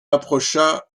approcha